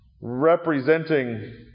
representing